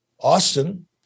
Austin